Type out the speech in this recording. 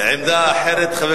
אני אצביע בעד הצעתו של סגן השר.